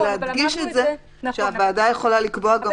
להדגיש שהוועדה יכולה לקבוע גם מרחק אחר.